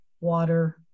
water